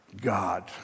God